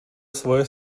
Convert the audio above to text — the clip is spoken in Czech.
svoje